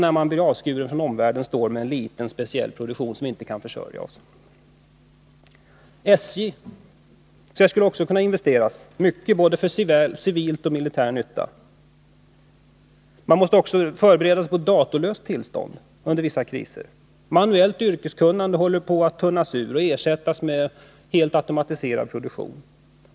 Om vi blir avskurna från omvärlden, så står vi med en liten, speciell produktion, som vi inte kan försörja oss på. När det gäller SJ skulle också mycket kunna investeras till både civil och militär nytta. Vi måste även förbereda oss på ett datorlöst tillstånd under vissa kriser. Manuellt yrkeskunnande håller på att tunnas ut och ersättas med helt automatiserad produktion.